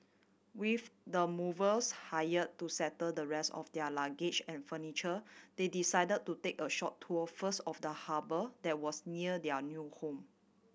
with the movers hire to settle the rest of their luggage and furniture they decide to take a short tour first of the harbour that was near their new home